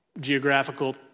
Geographical